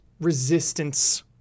Resistance